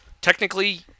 Technically